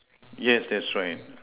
yes that's right